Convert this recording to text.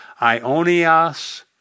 Ionias